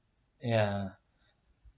ya